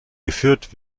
geführt